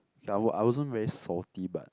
ya I was I wasn't very salty but